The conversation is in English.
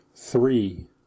three